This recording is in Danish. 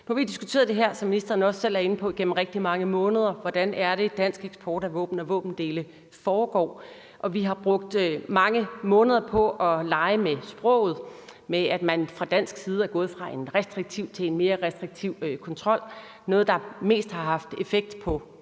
Nu har vi, som ministeren også selv er inde på, diskuteret det her igennem rigtig mange måneder, altså hvordan det er, at dansk eksport af våben og våbendele foregår. Vi har brugt mange måneder på at lege med sproget – at man fra dansk side er gået fra en restriktiv til en mere restriktiv kontrol, noget, der mere har haft effekt på